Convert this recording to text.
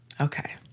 Okay